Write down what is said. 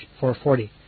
440